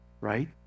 Right